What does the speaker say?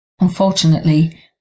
Unfortunately